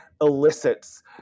elicits